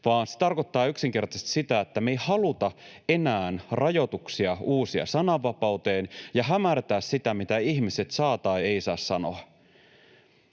vaan se tarkoittaa yksinkertaisesti sitä, että me ei haluta enää uusia rajoituksia sananvapauteen ja hämärtää sitä, mitä ihmiset saavat tai eivät saa sanoa.